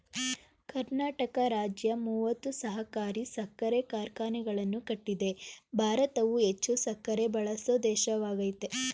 ಕರ್ನಾಟಕ ರಾಜ್ಯ ಮೂವತ್ತು ಸಹಕಾರಿ ಸಕ್ಕರೆ ಕಾರ್ಖಾನೆಗಳನ್ನು ಕಟ್ಟಿದೆ ಭಾರತವು ಹೆಚ್ಚು ಸಕ್ಕರೆ ಬಳಸೋ ದೇಶವಾಗಯ್ತೆ